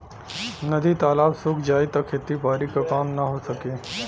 नदी तालाब सुख जाई त खेती बारी क काम ना हो सकी